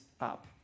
up